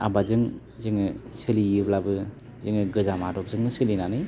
आबादजों जोङो सोलियोब्लाबो जोङो गोजाम आदबजोंनो सोलिनानै